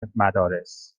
مدارس